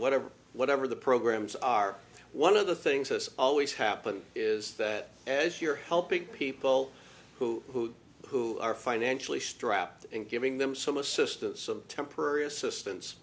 whatever whatever the programs are one of the things that's always happen is that as you're helping people who who are financially strapped and giving them some assistance some temporary assistance